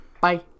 Bye